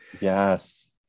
Yes